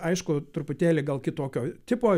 aišku truputėlį gal kitokio tipo